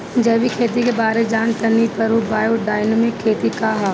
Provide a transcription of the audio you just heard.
जैविक खेती के बारे जान तानी पर उ बायोडायनमिक खेती का ह?